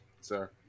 sir